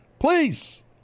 Please